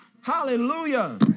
Hallelujah